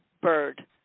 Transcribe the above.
bird